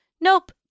Nope